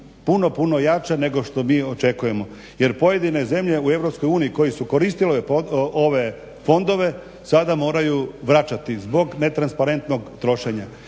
puno, puno jača nego što mi očekujemo jer pojedine zemlje u EU koji su koristile ove fondove sada moraju vraćati zbog netransparentnog trošenja.